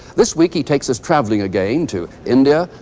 this week he takes us traveling again to india,